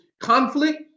conflict